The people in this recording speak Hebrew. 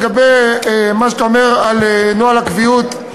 לגבי מה שאתה אומר על נוהל הקביעות,